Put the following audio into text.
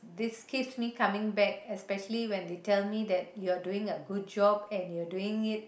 these kids meet coming back especially when they tell me you're doing a good job and you're doing it